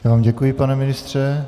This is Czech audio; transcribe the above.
Já vám děkuji, pane ministře.